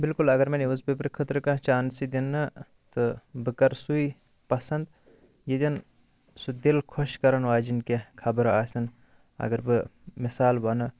بِلکُل اگر مےٚ نِوٕز پیپرٕ خٲطرٕ کینٛہہ چانس یی دِنہٕ تہٕ بہٕ کَرٕ سُے پَسَنٛد ییٚتٮ۪ن سُہ دِل خۄش کَرَن واجیٚنۍ کینٛہہ خَبر آسَن اگر بہٕ مِثال وَنہٕ